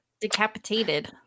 decapitated